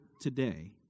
today